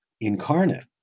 incarnate